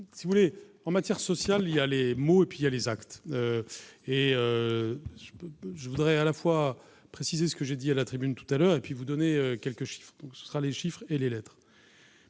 en matière sociale il y a les mots et puis il y a les actes et je voudrais, à la fois préciser ce que j'ai dit à la tribune tout à l'heure et puis vous donner quelques chiffres, donc ce sera les chiffres et les lettres